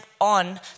on